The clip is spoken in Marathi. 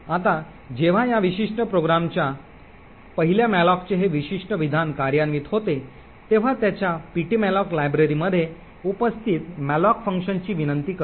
आता जेव्हा या विशिष्ट प्रोग्रामच्या 1 ल्या मॅलोकचे हे विशिष्ट विधान कार्यान्वित होते तेव्हा ते त्यांच्या ptmalloc लायब्ररीमध्ये उपस्थित मॅलोक फंक्शनची विनंती करतात